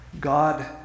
God